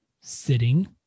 sitting